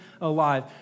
alive